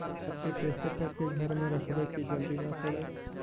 प्याज के कैसे करके घर में रखबै कि जल्दी न सड़ै?